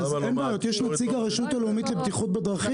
יש נציג הרשות הלאומית לבטיחות בדרכים.